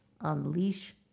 Unleash